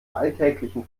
alltäglichen